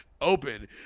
open